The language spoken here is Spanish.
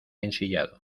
ensillado